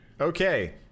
Okay